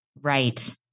Right